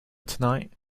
tonight